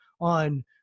on